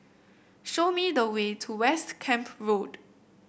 show me the way to West Camp Road